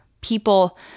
people